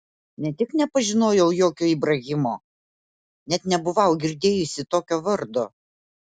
ne tik nepažinojau jokio ibrahimo net nebuvau girdėjusi tokio vardo